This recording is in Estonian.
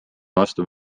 vastu